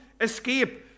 escape